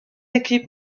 équipes